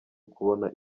kubona